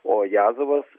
o jazovas